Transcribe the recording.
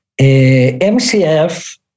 MCF